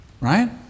right